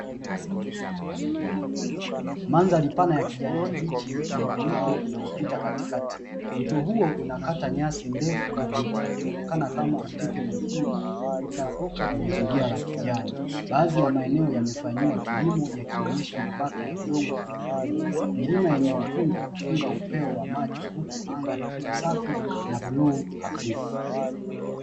Mandhari pana ya kijani kibichi yenye mto uliopita katikati, mto huo unakata nyasi ndefu na miti ukionekana kama utepe mwekundu, unaopita kwenye zulia la kijani, baadhi ya maeneo yamefanyiwa kilimo yakionyesha mabaka ya udongo uliolimwa. Milima yenye ukungu ufunga upeo wa macho huku anga likiwa safi na bluu hafifu.